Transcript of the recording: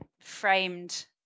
framed